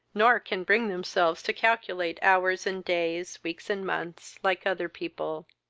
nor can bring themselves to calculate hours and days, weeks, and months, like other people.